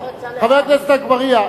חבר הכנסת אגבאריה,